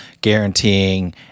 guaranteeing